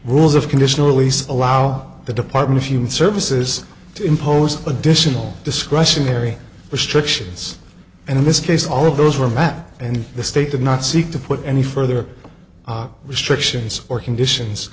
rules of conditional release allow the department of human services to impose additional discretionary restrictions and in this case all of those were bad and the state did not seek to put any further restrictions or conditions